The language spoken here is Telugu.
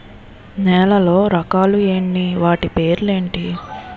నేలలో రకాలు ఎన్ని వాటి పేర్లు ఏంటి?